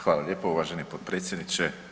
Hvala lijepa uvaženi potpredsjedniče.